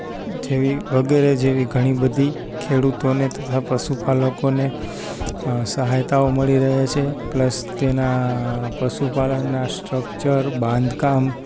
જેવી વગેરે જેવી ઘણી બધી ખેડુતોને તથા પશુપાલકોને સહાયતાઓ મળી રહે છે પ્લસ તેના પશુપાલનના સ્ટ્રક્ચર બાંધકામ